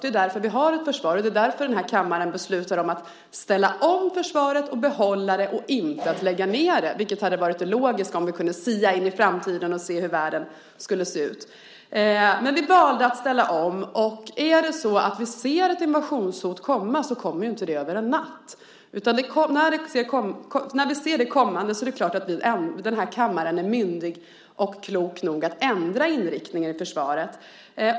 Det är därför vi har ett försvar, och det är därför den här kammaren beslutat om att ställa om försvaret och behålla det och inte lägga ned det, vilket hade varit logiskt om vi kunde sia om framtiden och se hur världen skulle se ut. Men vi valde att ställa om. Är det så att vi ser ett invasionshot komma så sker det ju inte över en natt. När vi ser det komma så är det klart att den här kammaren är myndig och klok nog att ändra inriktningen på försvaret.